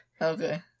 Okay